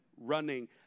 running